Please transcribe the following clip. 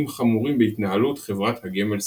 חמורים בהתנהלות חברת הגמל סלייס.